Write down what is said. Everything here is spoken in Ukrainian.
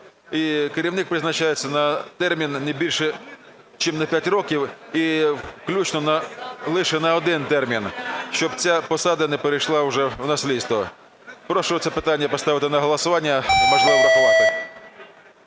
керівник призначається на термін не більше чим на 5 років, і включно лише на один термін. Щоб ця посада не перейшла вже у наследство. Прошу це питання поставити на голосувати,